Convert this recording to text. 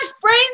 brain